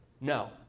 No